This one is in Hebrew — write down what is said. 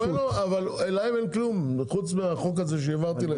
להם אין כלום חוץ מהחוק הזה שהעברתי.